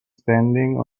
standing